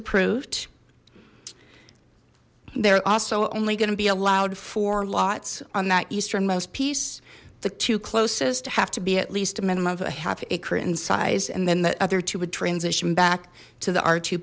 approved they're also only going to be allowed for lots on that easternmost piece the two closest have to be at least a minimum of a half acre in size and then the other two would transition back to the